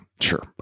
sure